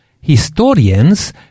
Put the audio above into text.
historians